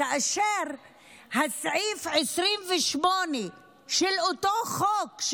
כאשר סעיף 28 של אותו חוק,